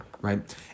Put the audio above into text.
right